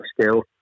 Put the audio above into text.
skill